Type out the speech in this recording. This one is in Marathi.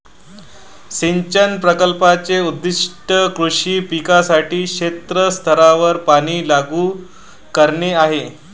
सिंचन प्रकल्पाचे उद्दीष्ट कृषी पिकांसाठी क्षेत्र स्तरावर पाणी लागू करणे आहे